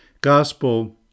gospel